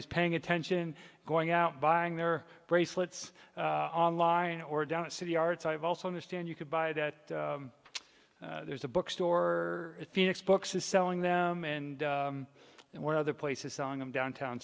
is paying attention going out buying their bracelets online or down at city arts i've also understand you could buy that there's a bookstore a phoenix books is selling them and one other places on them downtown